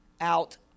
out